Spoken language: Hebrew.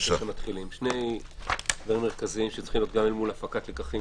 שני אלמנטים מרכזיים שצריכים להיות מול הפקת לקחים